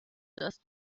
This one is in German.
das